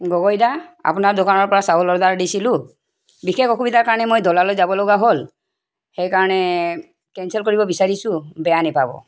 গগৈদা আপোনাৰ দোকানৰ পৰা চাউল অৰ্ডাৰ দিছিলোঁ বিশেষ অসুবিধাৰ কাৰণে মই ঢলালৈ যাব লগা হ'ল সেইকাৰণে কেঞ্চেল কৰিব বিচাৰিছোঁ বেয়া নেপাব